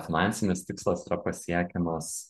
finansinis tikslas pasiekiamas